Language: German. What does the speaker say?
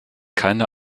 keine